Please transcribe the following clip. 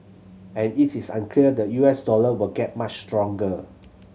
and it is unclear the U S dollar will get much stronger